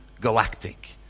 galactic